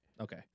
Okay